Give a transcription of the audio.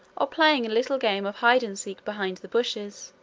or playing a little game of hide-and-seek behind the bushes.